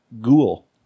Ghoul